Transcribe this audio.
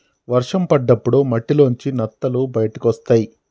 వర్షం పడ్డప్పుడు మట్టిలోంచి నత్తలు బయటకొస్తయ్